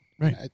Right